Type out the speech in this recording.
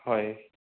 হয়